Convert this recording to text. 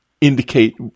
indicate